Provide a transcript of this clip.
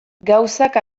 gauzak